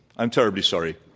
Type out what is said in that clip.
i'm terribly sorry.